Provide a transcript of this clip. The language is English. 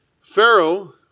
Pharaoh